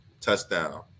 touchdown